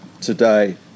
today